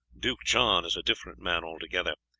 duke john is a different man altogether.